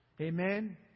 Amen